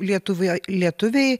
lietuva lietuviai